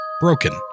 Broken